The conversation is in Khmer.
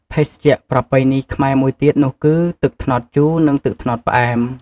ភេសជ្ជៈប្រពៃណីខ្មែរមួយទៀតនោះគឺ ទឹកត្នោតជូរ និងទឹកត្នោតផ្អែម។